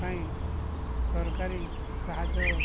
ପାଇଁ ସରକାରୀ ସାହାଯ୍ୟ